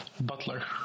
butler